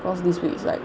cause this week is like